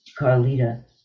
Carlita